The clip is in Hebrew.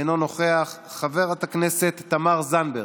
אינו נוכח, חברת הכנסת תמר זנדברג,